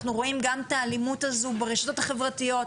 אנחנו רואים גם את האלימות הזו ברשתות החברתיות,